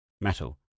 metal